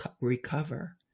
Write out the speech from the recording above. recover